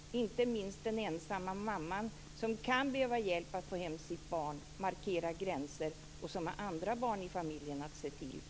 Det gäller inte minst den ensamma mamman som kan behöva hjälp att få hem sitt barn och markera gränser, och som har andra barn att se till i familjen.